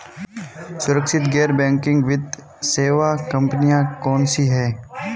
सुरक्षित गैर बैंकिंग वित्त सेवा कंपनियां कौनसी हैं?